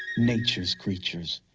nature's creatures,